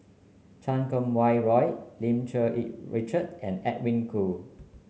Chan Kum Wah Roy Lim Cherng Yih Richard and Edwin Koo